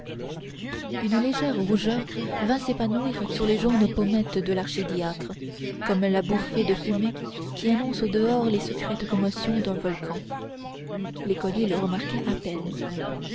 une légère rougeur vint s'épanouir sur les jaunes pommettes de l'archidiacre comme la bouffée de fumée qui annonce au dehors les secrètes commotions d'un volcan l'écolier le remarqua à peine